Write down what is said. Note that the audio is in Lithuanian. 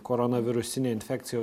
koronavirusine infekcija